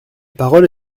parole